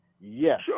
Yes